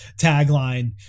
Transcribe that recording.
tagline